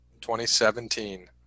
2017